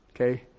Okay